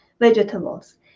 vegetables